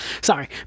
sorry